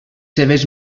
seves